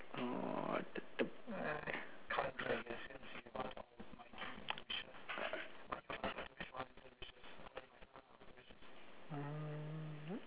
uh